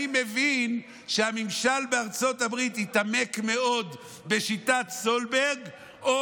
אני מבין שהממשל בארצות הברית התעמק מאוד בשיטת סולברג או